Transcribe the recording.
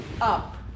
up